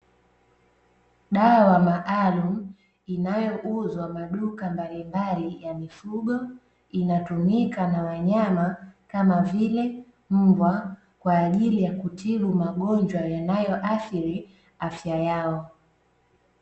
Dawa maalumu inayouzwa maduka mbalimbali ya mifugo, inatumika na wanyama kama vile mbwa kwa ajili ya kutibu magonjwa yanayoathiri afya yao.